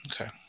Okay